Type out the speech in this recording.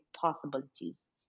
possibilities